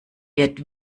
wird